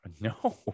no